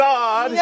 God